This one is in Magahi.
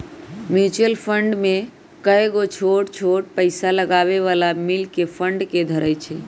म्यूचुअल फंड में कयगो छोट छोट पइसा लगाबे बला मिल कऽ फंड के धरइ छइ